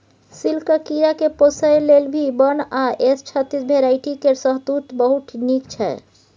सिल्कक कीराकेँ पोसय लेल भी वन आ एस छत्तीस भेराइटी केर शहतुत बहुत नीक छै